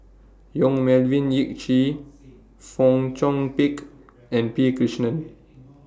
Yong Melvin Yik Chye Fong Chong Pik and P Krishnan